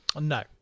no